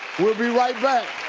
we'll be right back.